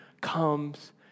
comes